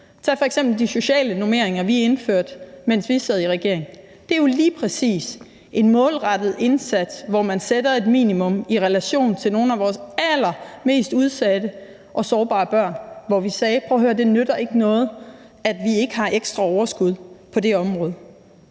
Tag f.eks. de sociale normeringer, som vi indførte, da vi sad i regering. Det var jo lige præcis en målrettet indsats, hvor man satte et minimum i relation til nogle af vores allermest udsatte og sårbare børn, hvor vi sagde: Prøv at høre her, det nytter ikke noget, at vi ikke har ekstra overskud på det område.